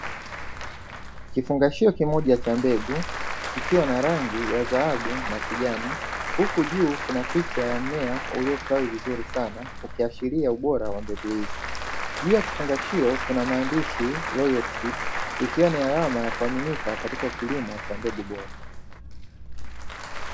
Kifungashio kimoja cha mbegu chenye rangi ya dhahabu na kijani, huku juu kina picha ya mmea uliostawi vizuri sana ikiashiria ubora wa mbegu hizo, juu ya kifungashio Kuna maandishi "royal seed" ikiwa ni alama ya kuaminika katika kilimo cha mbegu bora.